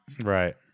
Right